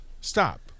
Stop